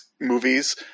movies